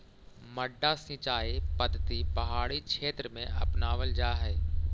मड्डा सिंचाई पद्धति पहाड़ी क्षेत्र में अपनावल जा हइ